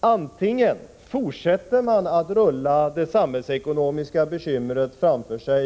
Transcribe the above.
Antingen kan de fortsätta att rulla det samhällsekonomiska bekymret framför sig.